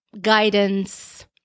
guidance